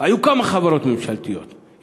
היו כמה חברות ממשלתיות,